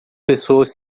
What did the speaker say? pessoas